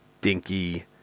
dinky